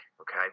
okay